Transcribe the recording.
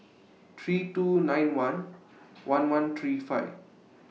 three two nine one one one three five